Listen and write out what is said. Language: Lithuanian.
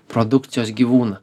produkcijos gyvūną